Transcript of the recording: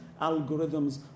algorithms